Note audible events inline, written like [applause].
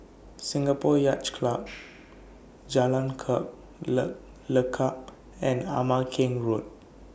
Singapore Yacht [noise] Club Jalan Le Lekub and Ama Keng Road